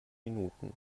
minuten